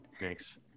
thanks